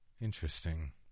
Interesting